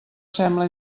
sembla